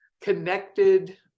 connected